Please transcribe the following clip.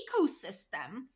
ecosystem